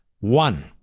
one